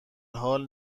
حال